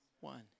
one